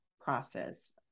process